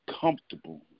comfortable